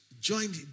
joined